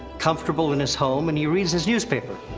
comfortable in his home and he reads his newspaper.